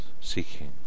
Seeking